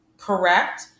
correct